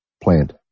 plant